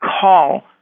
call